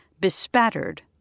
bespattered